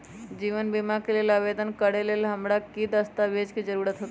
जीवन बीमा के लेल आवेदन करे लेल हमरा की की दस्तावेज के जरूरत होतई?